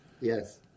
yes